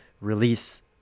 release